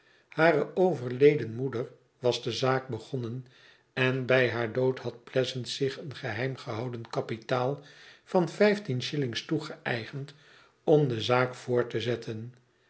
hare overleden moeder was de zaak begonnen en bij haar dood had pleasant zich een geheim gehouden kapitaal van vijftien shiuings toegeëigend om de zaak voort te zetten